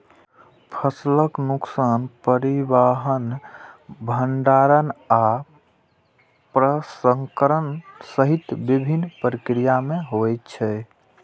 फसलक नुकसान परिवहन, भंंडारण आ प्रसंस्करण सहित विभिन्न प्रक्रिया मे होइ छै